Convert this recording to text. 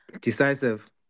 Decisive